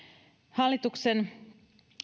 hallituksen